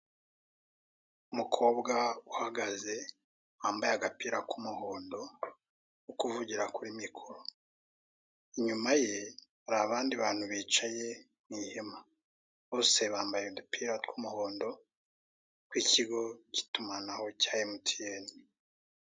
Umukobwa uhagaze wambaye agapira k'umuhondo, uri kuvugira kuri mikoro, inyuma ye hari abandi bantu bicaye mu ihema bose, bambaye udupira tw'umuhondo, tw'ikigo cy'itumanaho cya MTN.